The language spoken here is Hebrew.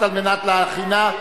נתקבלה.